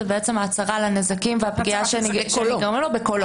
זו הצהרה על הנזקים והפגיעה שנגרמו לו בקולו.